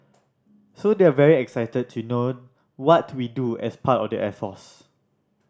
so they're very excited to know what we do as part of the air force